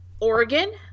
oregon